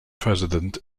president